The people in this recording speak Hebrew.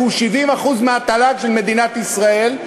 כי הוא 70% מהתל"ג של מדינת ישראל,